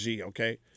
Okay